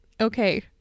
Okay